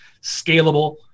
scalable